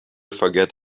forget